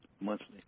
monthly